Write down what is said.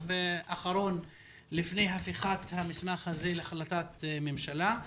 אחרון לפני הפיכת המסמך הזה להחלטת ממשלה.